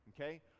okay